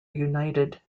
united